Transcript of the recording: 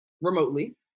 remotely